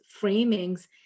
framings